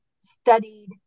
studied